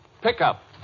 Pickup